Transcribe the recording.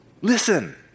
Listen